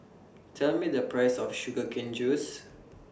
Tell Me The Price of Sugar Cane Juice